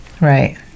right